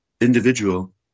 individual